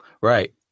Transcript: right